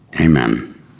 Amen